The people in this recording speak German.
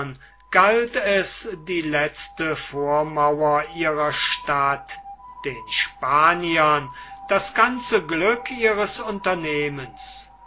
galt es die letzte vormauer ihrer stadt den spaniern das ganze glück ihres unternehmens